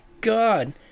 god